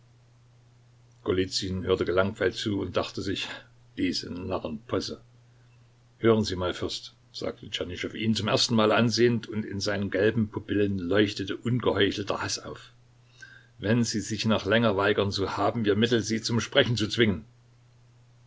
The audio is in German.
hörte gelangweilt zu und dachte sich diese narrenposse hören sie mal fürst sagte tschernyschow ihn zum ersten male ansehend und in seinen gelben pupillen leuchtete ungeheuchelter haß auf wenn sie sich noch länger weigern so haben wir mittel sie zum sprechen zu zwingen